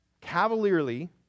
cavalierly